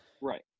Right